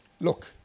Look